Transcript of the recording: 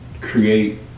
create